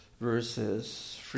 verses